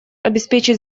обеспечит